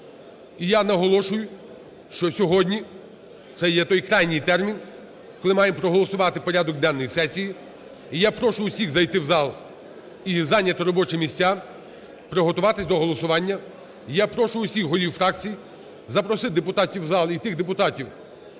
І я наголошую, що сьогодні це є той крайній термін, коли маємо проголосувати порядок денний сесії. І я прошу всіх зайти в зал і зайняти робочі місця, приготуватись до голосування. І я прошу всіх голів фракцій запросити депутатів у зал і тих депутатів,